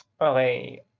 Okay